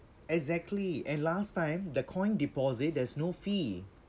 exactly and last time the coin deposit there's no fee